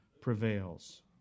prevails